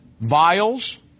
vials